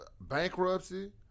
bankruptcy